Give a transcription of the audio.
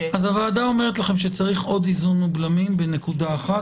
-- הוועדה אומרת לכם שצריכים עוד איזונים ובלמים בנקודה אחת.